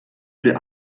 dir